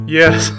yes